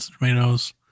tomatoes